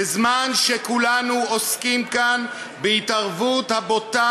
בזמן שכולנו עוסקים כאן בהתערבות הבוטה